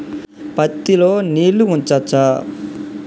పత్తి లో నీళ్లు ఉంచచ్చా?